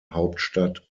hauptstadt